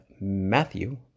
Matthew